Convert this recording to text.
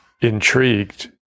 intrigued